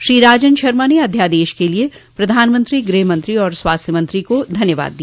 डॉ राजन शर्मा ने अध्यादेश के लिए प्रधानमंत्री गृहमंत्री और स्वास्थ्य मंत्री को धन्यवाद दिया